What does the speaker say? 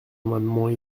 amendements